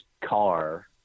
car